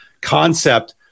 concept